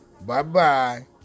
Bye-bye